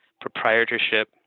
proprietorship